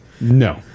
No